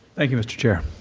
thank you, mr. chair.